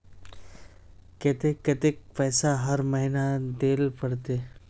केते कतेक पैसा हर महीना देल पड़ते?